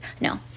No